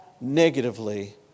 negatively